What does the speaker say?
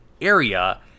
area